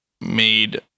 made